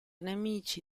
nemici